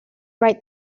right